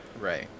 right